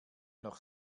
noch